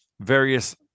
various